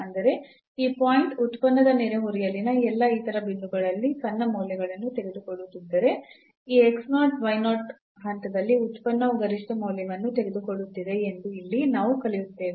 ಅಂದರೆ ಈ ಪಾಯಿಂಟ್ ಉತ್ಪನ್ನದ ನೆರೆಹೊರೆಯಲ್ಲಿನ ಎಲ್ಲಾ ಇತರ ಬಿಂದುಗಳಲ್ಲಿ ಸಣ್ಣ ಮೌಲ್ಯಗಳನ್ನು ತೆಗೆದುಕೊಳ್ಳುತ್ತಿದ್ದರೆ ಈ ಹಂತದಲ್ಲಿ ಉತ್ಪನ್ನವು ಗರಿಷ್ಠ ಮೌಲ್ಯವನ್ನು ತೆಗೆದುಕೊಳ್ಳುತ್ತಿದೆ ಎಂದು ಇಲ್ಲಿ ನಾವು ಕರೆಯುತ್ತೇವೆ